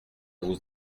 vous